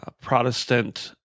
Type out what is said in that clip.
Protestant